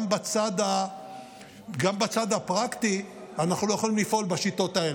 גם בצד הפרקטי אנחנו לא יכולים לפעול בשיטות האלה.